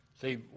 See